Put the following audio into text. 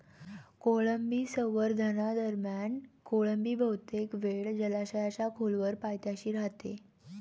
कोळंबी संवर्धनादरम्यान कोळंबी बहुतेक वेळ जलाशयाच्या खोलवर पायथ्याशी राहते